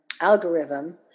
algorithm